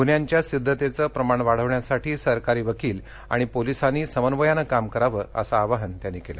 गुन्ह्यांच्या सिद्धतेचं प्रमाण वाढवण्यासाठी सरकारी वकील आणि पोलीसांनी समन्वयानं काम करावं असं आवाहन त्यांनी केलं